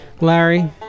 Larry